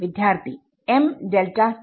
വിദ്യാർത്ഥി M delta t